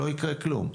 לא יקרה כלום,